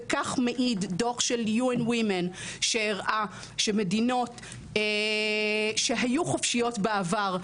וכך מעיד דוח של UN Women שהראה שמדינות שהיו חופשיות בעבר,